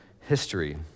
history